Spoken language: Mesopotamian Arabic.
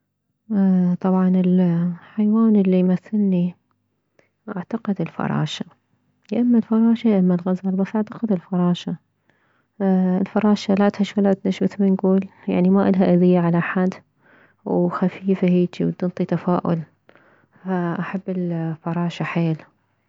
اه طبعا الحيوان الي يمثلني اعتقد الفراشة يا اما الفراشة يا اما الغزال بس اعتقد الفراشة الفراشة لا تهش ولا تنش مثل ما نكول يعني ما الها اذية على احد وخفيفة هيجي وتنطي تفاؤل فأحب الفراشة حيل